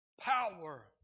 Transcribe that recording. power